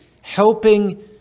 helping